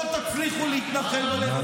לא תצליחו להתנחל בלבבות.